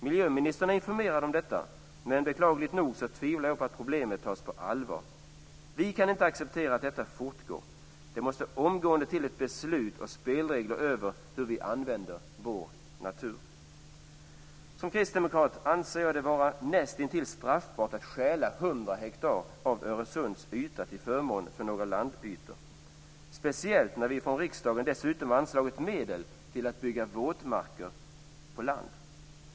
Miljöministern är informerad om detta, men jag tvivlar på att problemet tas på allvar, beklagligt nog. Vi kan inte acceptera att detta fortgår. Det måste omgående till ett beslut och spelregler över hur vi använder vår natur. Som kristdemokrat anser jag det vara nästintill straffbart att stjäla 100 hektar av Öresunds yta till förmån för landytor, speciellt när vi från riksdagen dessutom har anslagit medel till att bygga våtmarker på land.